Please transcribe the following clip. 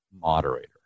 moderator